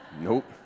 nope